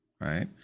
right